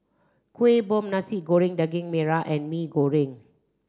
Kuih Bom Nasi Goreng Gaging Merah and Mee Goreng